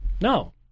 no